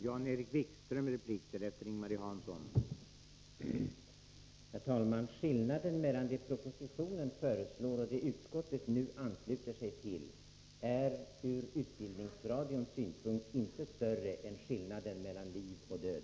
Herr talman! Skillnaden mellan vad propositionen föreslår och vad utskottet ansluter sig till är från utbildningsradions synpunkt inte större än skillnaden mellan liv och död.